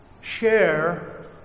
share